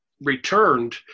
returned